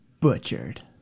butchered